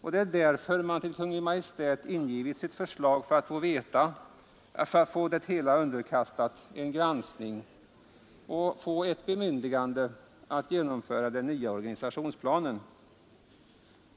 och det är därför man till Kungl. Maj:t har ingivit sitt förslag för att få hela saken underkastad en granskning och att erhålla bemyndigande att genomföra den nya organisationsplanen.